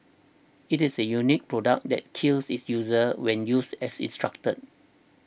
it is a unique product that kills its user when used as instructed